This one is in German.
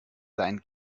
seinen